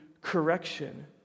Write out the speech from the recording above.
correction